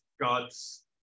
God's